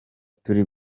turi